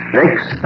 next